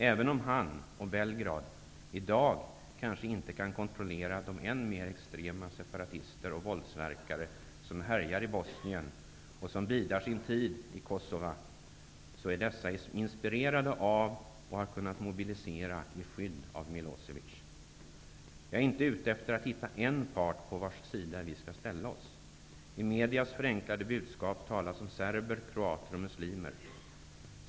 Även om han, och Belgrad, i dag kanske inte kan kontrollera de än mer extrema separatister och våldsverkare som härjar i Bosnien och som bidar sin tid i Kosova, är dessa inspirerade av och har kunnat mobilisera i skydd av Milosevic. Jag är inte ute efter att hitta en part på vars sida vi skall ställa oss. I medias förenklade budskap talas det om serber, kroater och muslimer.